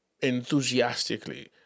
enthusiastically